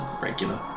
regular